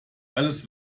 alles